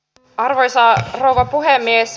arvoisa rouva puhemies